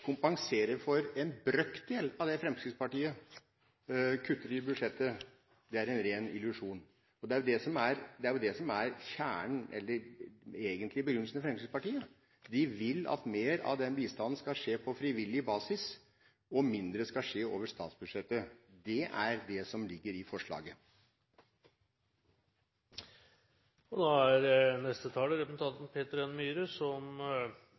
kompensere for en brøkdel av det Fremskrittspartiet kutter i budsjettet, er en ren illusjon. Det er jo det som er kjernen – eller den egentlige begrunnelsen – til Fremskrittspartiet. De vil at mer av bistanden skal skje på frivillig basis og mindre skal skje over statsbudsjettet. Det er det som ligger i forslaget. Peter N. Myhre har hatt ordet to ganger tidligere og får ordet til en kort merknad, begrenset til ett minutt. Jeg synes det er